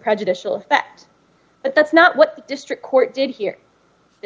prejudicial effect but that's not what the district court did here